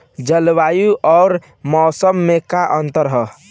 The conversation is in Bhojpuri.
जलवायु अउर मौसम में का अंतर ह?